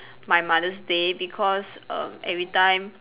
my mother's day because err everytime